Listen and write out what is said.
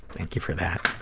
thank you for that.